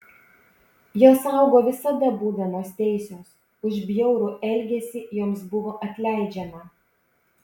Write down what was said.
jos augo visada būdamos teisios už bjaurų elgesį joms buvo atleidžiama